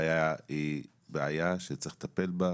אני אומרת פה תקצר היריעה.